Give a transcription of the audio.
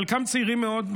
בחלקם צעירים מאוד,